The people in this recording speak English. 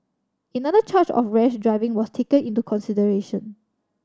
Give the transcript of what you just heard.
another charge of rash driving was taken into consideration